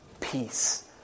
peace